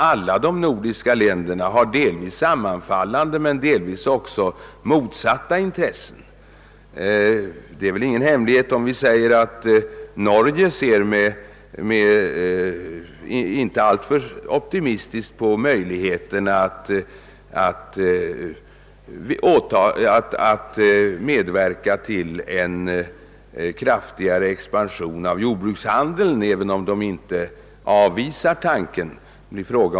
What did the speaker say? Alla de nordiska länderna har delvis sammanfallande men delvis också motsatta intressen. Jag röjer ingen hem lighet om jag säger att Norge inte ser alltför optimistiskt på möjligheten att medverka till en kraftigare expansion av handeln med jordbruksprodukter, även om man inte avvisar tanken härpå.